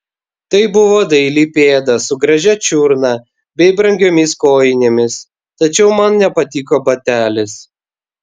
tai buvo daili pėda su gražia čiurna bei brangiomis kojinėmis tačiau man nepatiko batelis